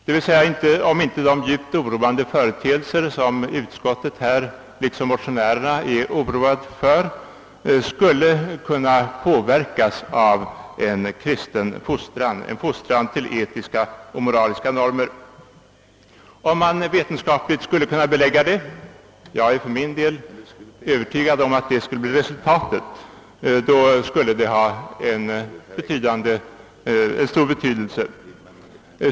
Frågan är alltså om inte de företeelser som utskottet liksom motionärerna oroar sig för skulle kunna motverkas av en kristen fostran, en fostran till etiska och moraliska normer. Det skulle ha stor betydelse, om man vetenskapligt skulle kunna belägga detta och jag är för min del övertygad om att en undersökning skulle ge ett sådant resultat.